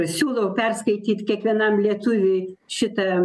siūlau perskaityt kiekvienam lietuviui šitą